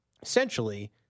essentially